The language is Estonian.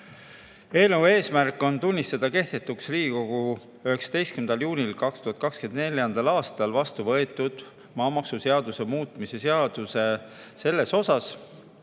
Eelnõu eesmärk on tunnistada kehtetuks Riigikogus 19. juunil 2024. aastal vastu võetud maamaksuseaduse muutmise seadus selles osas,